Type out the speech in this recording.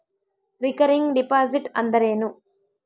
Recurring deposit ಅಂದರೇನು?